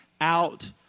out